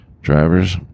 drivers